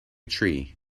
tree